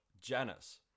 Janus